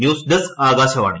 news desk Akashvani